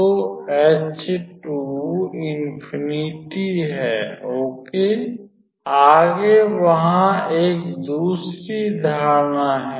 तो h2 infinity है okay आगे वहाँ एक दूसरी धारणा है